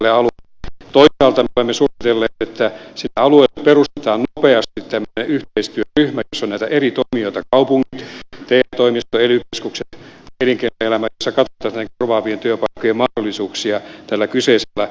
toisaalta me olemme suositelleet että sinne alueelle perustetaan nopeasti yhteistyöryhmä jossa on näitä eri toimijoita kaupungit te toimisto ely keskukset elinkeinoelämä jossa katsottaisiin näiden korvaavien työpaikkojen mahdollisuuksia tällä kyseisellä alueella